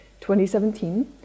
2017